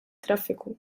traffiku